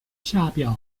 下表